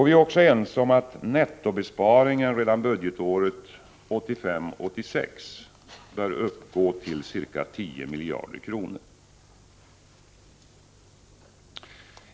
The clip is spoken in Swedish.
Vi är också ense om att nettobesparingen redan budgetåret 1985/86 bör uppgå till ca 10 miljarder kronor.